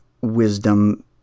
wisdom